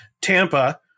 Tampa